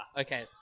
Okay